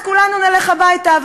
וגם להתחתן או להתגרש על-פי דתה.